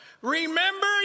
Remember